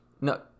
No